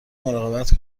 مراقبت